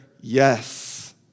yes